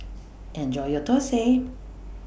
Enjoy your Thosai